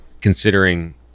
considering